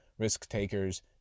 risk-takers